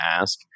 ask